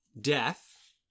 death